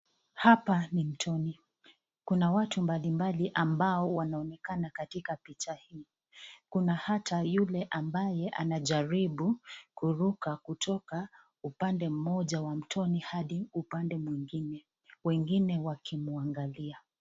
Hapa ni mtoni, kuna watu mbalimbali ambao wanaonekana katika picha hii. Kuna hata yule ambaye anajaribu kuruka kutoka upande mmoja wa mtoni hadi upande mwingine wengine wakimuangalia.